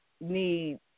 need